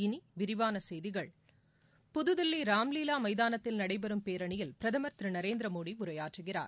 இனி விரிவான செய்திகள் புதுதில்லி ராம்லீலா மைதானத்தில் நடைபெறும் பேரணியில் பிரதமர் திரு நரேந்திர மோடி உரையாற்றுகிறார்